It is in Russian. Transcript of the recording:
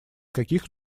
каких